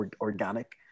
organic